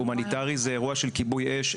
הומניטרי זה אירוע של כיבוי אש,